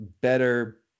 better